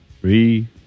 Three